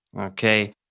Okay